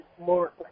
more